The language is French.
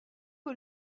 que